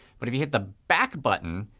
but if you hit the back button,